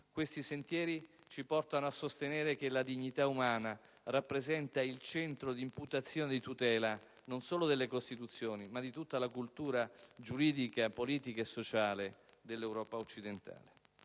questi sentieri ci portano a sostenere che la dignità umana rappresenta il centro d'imputazione di tutela, non solo delle Costituzioni, ma di tutta la cultura giuridica, politica e sociale dell'Europa occidentale.